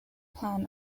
plan